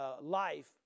life